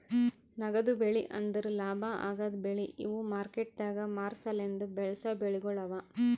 ನಗದು ಬೆಳಿ ಅಂದುರ್ ಲಾಭ ಆಗದ್ ಬೆಳಿ ಇವು ಮಾರ್ಕೆಟದಾಗ್ ಮಾರ ಸಲೆಂದ್ ಬೆಳಸಾ ಬೆಳಿಗೊಳ್ ಅವಾ